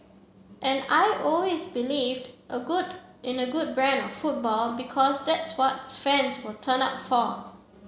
and I always believed a good in a good brand of football because that's what fans will turn up for